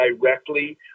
directly